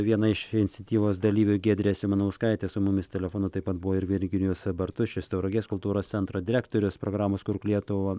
viena iš iniciatyvos dalyvių giedrė simanauskaitė su mumis telefonu taip pat buvo ir virginijus bartušis tauragės kultūros centro direktorius programos kurk lietuva